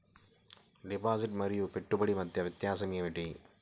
Deposit మరియు పెట్టుబడి మధ్య వ్యత్యాసం ఏమిటీ?